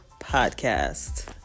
podcast